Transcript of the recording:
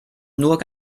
nur